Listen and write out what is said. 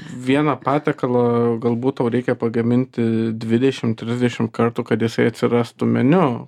vieno patiekalo galbūt tau reikia pagaminti dvidešim trisdešim kartų kad jisai atsirastų meniu